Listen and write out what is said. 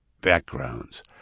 backgrounds